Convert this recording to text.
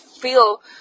feel